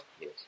Yes